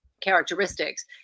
characteristics